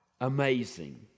amazing